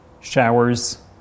showers